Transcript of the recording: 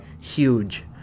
huge